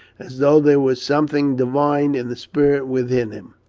as though there was something divine in the spirit within him,